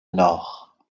nord